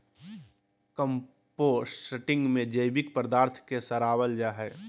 composting में जैविक पदार्थ के सड़ाबल जा हइ